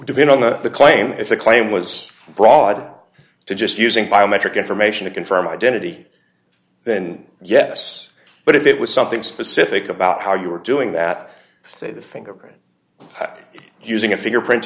been on the the claim if the claim was broad to just using biometric information to confirm identity then yes but if it was something specific about how you were doing that say the fingerprint but using a fingerprint